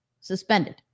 Suspended